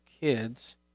kids